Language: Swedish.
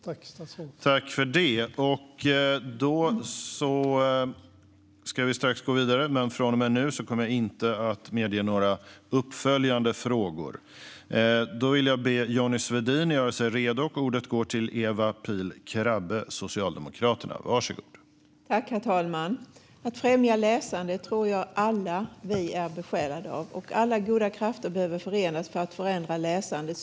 Tack, statsrådet!